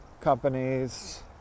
companies